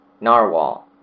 Narwhal